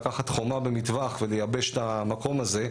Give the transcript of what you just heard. לקחת חומה במטווח ולייבש את המקום הזה,